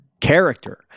character